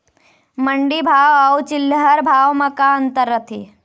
मंडी भाव अउ चिल्हर भाव म का अंतर रथे?